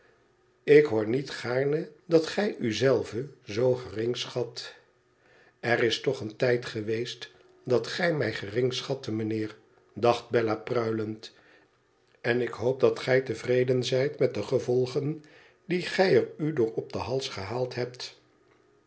ik hoor niet gaarne dat gij u zelve zoo gering schat r is toch een tijd geweest dat gij mij gering schattet mijnheer dacht bella pruilend en ik hoop dat gij tevreden zijt met de gevolgen die gij er u door op den hals gehaald hebt